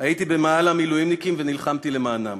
הייתי במאהל המילואימניקים ונלחמתי למענם.